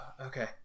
Okay